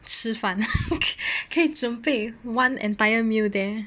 吃饭可以准备 one entire meal there